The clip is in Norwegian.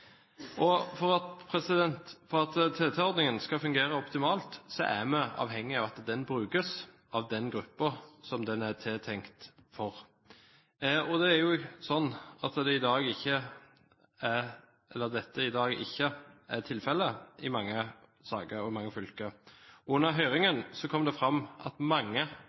For at TT-ordningen skal fungere optimalt, er vi avhengige av at den brukes av den gruppen den er tiltenkt for. Det er i dag slik at dette ikke er tilfellet i mange saker og mange fylker. Under høringen kom det fram at mange